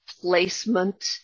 placement